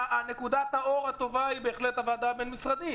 נקודת האור הטובה היא בהחלט הוועדה הבין-משרדית.